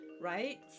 right